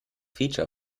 feature